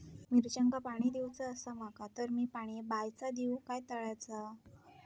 मिरचांका पाणी दिवचा आसा माका तर मी पाणी बायचा दिव काय तळ्याचा?